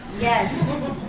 Yes